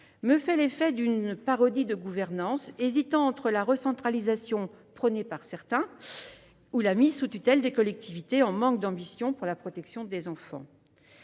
me fait l'effet d'une parodie de gouvernance, comme si l'on hésitait entre la recentralisation prônée par certains et la mise sous tutelle de collectivités manquant d'ambition pour la protection des enfants.